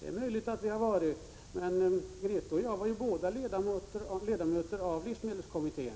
Det är möjligt att vi har varit det, men både Grethe Lundblad och jag var ledamöter av livsmedelskommittén,